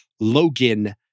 Logan